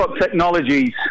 Technologies